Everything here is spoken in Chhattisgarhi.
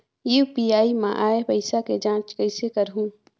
यू.पी.आई मा आय पइसा के जांच कइसे करहूं?